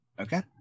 Okay